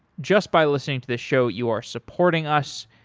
just by listening to the show, you are supporting us.